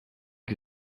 que